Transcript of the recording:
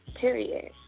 Period